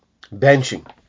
benching